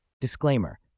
Disclaimer